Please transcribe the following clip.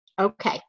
Okay